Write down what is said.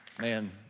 Man